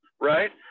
right